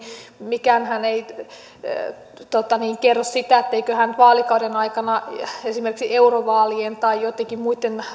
mikäänhän ei kerro sitä etteikö hän vaalikauden aikana esimerkiksi eurovaalien tai joittenkin muitten